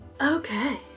Okay